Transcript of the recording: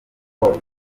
col